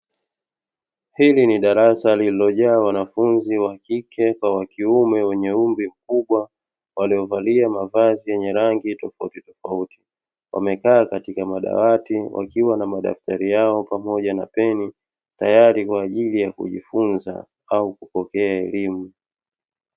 Hili ni darasa lililojaa wanafunzi wa kike kwa wa kiume wenye umri mkubwa waliovalia mavazi yenye rangi tofautitofauti. Wamekaa katika madawati wakiwa na madaftari yao pamoja na peni tayari kwa ajili ya kujifunza au kupokea elimu.